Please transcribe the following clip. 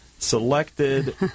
selected